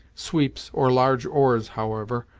sweeps, or large oars, however,